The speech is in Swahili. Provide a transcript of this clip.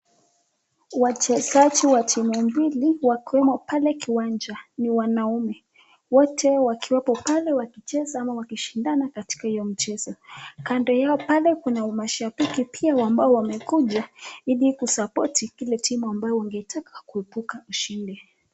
Wachezaji wa timu mbili wakiwemo pale kiwanja ni wanaume, wote wakiwepo pale wakicheza ama wakishindana katika hiyo mchezo , kando yao pale kuna mashabiki pia ambao wamekuja hili kusapoti ile timu wangeitaka kuebuka ushindi shinde.